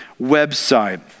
website